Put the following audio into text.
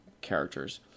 characters